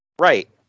Right